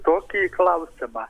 tokį klausimą